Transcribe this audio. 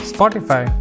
Spotify